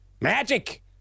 Magic